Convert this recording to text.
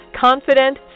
Confident